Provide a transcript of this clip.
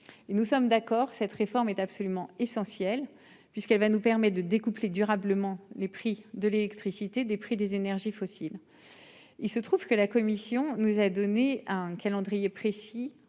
nous sommes d'accord. Cette réforme est absolument essentielle, puisqu'elle va nous permet de découpler durablement les prix de l'électricité des prix des énergies fossiles. Il se trouve que la Commission nous a donné un calendrier précis,